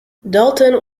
dalton